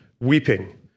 weeping